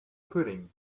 pudding